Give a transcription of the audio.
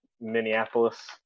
Minneapolis